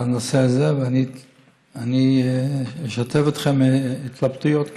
הנושא הזה, ואני אשתף אתכם גם בהתלבטויות.